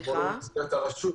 אנחנו כבר לא במסגרת הרשות.